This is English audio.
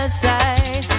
side